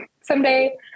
someday